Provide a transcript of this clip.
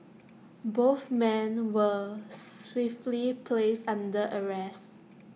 both men were swiftly placed under arrest